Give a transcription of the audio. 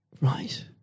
Right